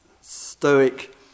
Stoic